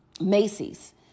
Macy's